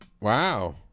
Wow